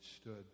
stood